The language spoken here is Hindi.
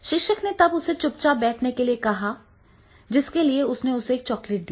शिक्षक ने तब उसे चुपचाप बैठने के लिए कहा जिसके लिए उसने उसे एक चॉकलेट दी